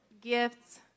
gifts